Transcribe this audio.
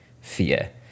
fear